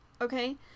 Okay